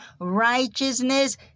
righteousness